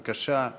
בבקשה,